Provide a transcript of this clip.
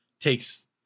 takes